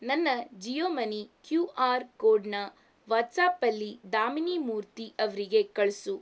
ನನ್ನ Jio money Q R ಕೋಡನ್ನ ವಾಟ್ಸಾಪಲ್ಲಿ ದಾಮಿನಿ ಮೂರ್ತಿ ಅವರಿಗೆ ಕಳಿಸು